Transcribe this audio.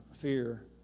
fear